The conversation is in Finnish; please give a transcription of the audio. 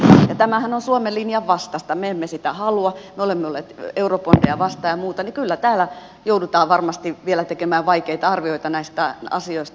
ja tämähän on suomen linjan vastaista me emme sitä halua me olemme olleet eurobondeja ja muuta vastaan joten kyllä täällä joudutaan varmasti vielä tekemään vaikeita arvioita näistä asioista